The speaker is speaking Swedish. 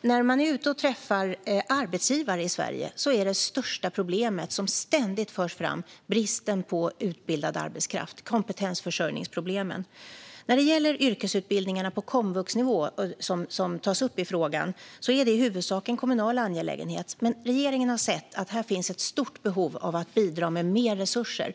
När man är ute och träffar arbetsgivare i Sverige är det största problemet som ständigt förs fram bristen på utbildad arbetskraft, kompetensförsörjningsproblemen. Yrkesutbildningarna på komvuxnivå, som tas upp i frågan, är i huvudsak en kommunal angelägenhet. Men regeringen har sett att här finns ett stort behov av att bidra med mer resurser.